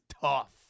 tough